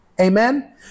Amen